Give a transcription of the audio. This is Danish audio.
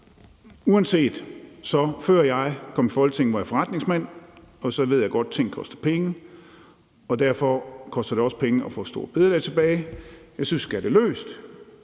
deres is. Før jeg kom i Folketinget, var jeg forretningsmand, og så ved jeg godt, ting koster penge, og derfor koster det også penge at få store bededag tilbage. Jeg synes, vi skal have det løst.